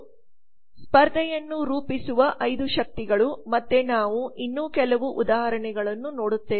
ಸ್ಪರ್ಧೆಯನ್ನು ರೂಪಿಸುವ ಐದು ಶಕ್ತಿಗಳು ಮತ್ತೆ ನಾವು ಇನ್ನೂ ಕೆಲವು ಉದಾಹರಣೆಗಳನ್ನು ನೋಡುತ್ತೇವೆ